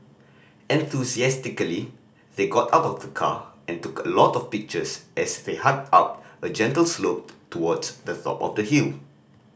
enthusiastically they got out of the car and took a lot of pictures as they hiked up a gentle slope towards the top of the hill